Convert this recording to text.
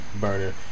burner